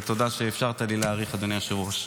ותודה שאפשרת לי להאריך, אדוני היושב-ראש.